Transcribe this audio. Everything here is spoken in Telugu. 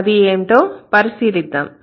అది ఏంటో పరిశీలిద్దాం